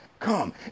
come